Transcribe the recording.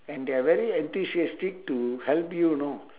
and they're very enthusiastic to help you know